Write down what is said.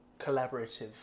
collaborative